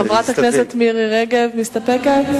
חברת הכנסת מירי רגב, מסתפקת?